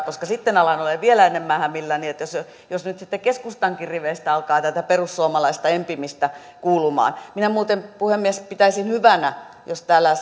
koska sitten alan olla jo vielä enemmän hämilläni jos nyt sitten keskustankin riveistä alkaa tätä perussuomalaista empimistä kuulumaan minä muuten puhemies pitäisin hyvänä jos täällä